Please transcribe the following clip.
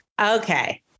Okay